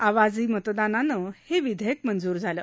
आवाजी मतदानानं हे विधेयक मंजूर झालं